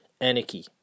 Anarchy